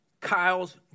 Kyle's